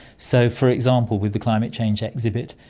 so, for example, with the climate change exhibit,